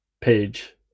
page